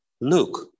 Look